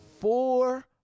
four